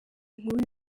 nkuru